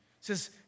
says